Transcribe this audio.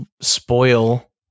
spoil